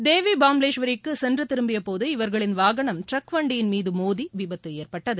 தேவி பாம்ளேஷ்வரிக்கு சென்று திரும்பிய போது இவர்களின் வாகனம் டிரக் வண்டியின் மீது மோதி விபத்து ஏற்பட்டது